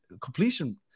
completion